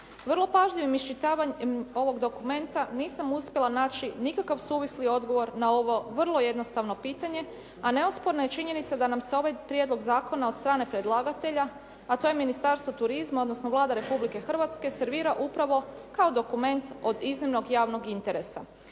Vrlo pažljivim iščitavanjem ovog dokumenta nisam uspjela naći nikakav suvisli odgovor na ovo vrlo jednostavno pitanje, a neosporna je činjenica da nam se ovaj prijedlog zakona od strane predlagatelja, a to je Ministarstvo turizma, odnosno Vlada Republike Hrvatske servira upravo kao dokument od iznimno javnog interesa.